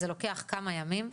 זה לוקח כמה ימים.